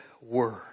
word